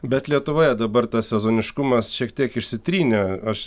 bet lietuvoje dabar tas sezoniškumas šiek tiek išsitrynė aš